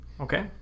Okay